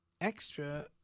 Extra